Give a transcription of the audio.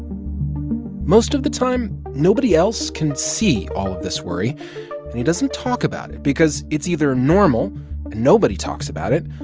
most of the time, nobody else can see all of this worry. and he doesn't talk about it because it's either normal and nobody talks about it,